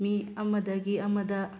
ꯃꯤ ꯑꯃꯗꯒꯤ ꯑꯃꯗ